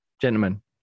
Gentlemen